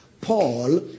Paul